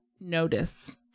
notice